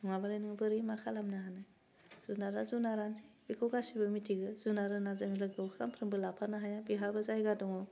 नङाबालाय नोङो बोरै मा खालामनो हानो जुनारा जुनारानोसै बेखौ गासिबो मिथिगौ जुनार होन्ना जों लोगोआव सामफ्रामबो लाफानो हाया बेहाबो जायगा दङ